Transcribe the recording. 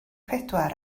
pedwar